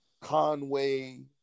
Conway